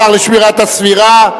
השר לשמירת הסביבה,